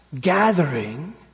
gathering